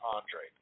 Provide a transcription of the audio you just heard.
Andre